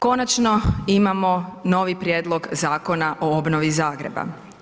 Konačno imamo novi Prijedlog Zakona o obnovi Zagreba.